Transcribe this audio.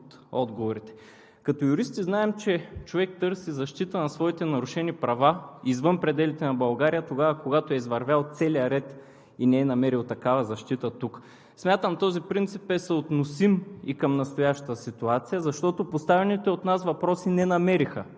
Като юристи знаем, че човек търси защита на своите нарушени права извън пределите на България тогава, когато е извървял целия ред и не е намерил такава защита тук. Смятам, че този принцип е съотносим и към настоящата ситуация, защото поставените от нас въпроси не намериха